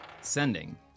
Sending